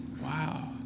Wow